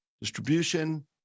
distribution